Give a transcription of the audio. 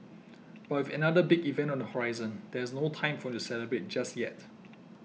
but with another big event on the horizon there is no time for him to celebrate just yet